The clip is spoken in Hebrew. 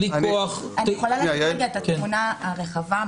בלי כוח --- אני יכולה לדבר על התמונה הרחבה,